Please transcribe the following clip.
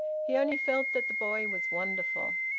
he only felt that the boy was wonderful.